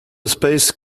space